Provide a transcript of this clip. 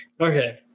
Okay